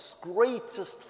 greatest